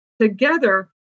together